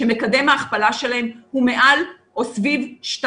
שמקדם ההכפלה שלהם הוא מעל או סביב 2,